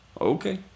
Okay